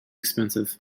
expensive